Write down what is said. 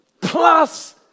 Plus